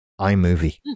iMovie